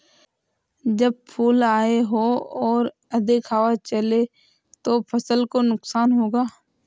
जब फूल आए हों और अधिक हवा चले तो फसल को नुकसान होगा?